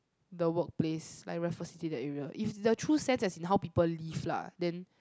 the work place like Raffles City that area is the true sense as in how people live lah then